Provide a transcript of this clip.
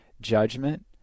judgment